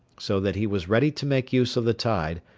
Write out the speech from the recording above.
so that he was ready to make use of the tide,